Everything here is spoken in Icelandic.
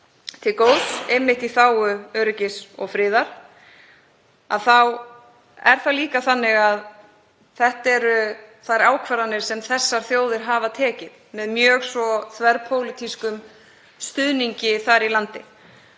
til góðs einmitt í þágu öryggis og friðar. En þá er það líka þannig að þetta eru þær ákvarðanir sem þessar þjóðir hafa tekið með mjög svo þverpólitískum stuðningi þar í landi.